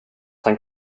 han